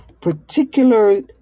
particular